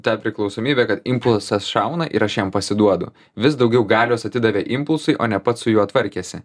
tą priklausomybę kad impulsas šauna ir aš jam pasiduodu vis daugiau galios atidavė impulsui o ne pats su juo tvarkėsi